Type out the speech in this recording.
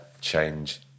change